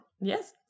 Yes